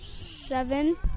Seven